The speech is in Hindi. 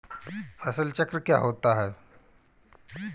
फसल चक्र क्या होता है?